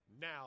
Now